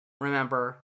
remember